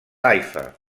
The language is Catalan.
haifa